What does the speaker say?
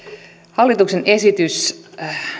hallituksen esitys